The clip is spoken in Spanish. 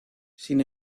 sin